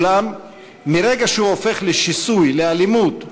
אולם מרגע שהוא הופך לשיסוי, לאלימות ולאנרכיזם,